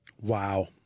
Wow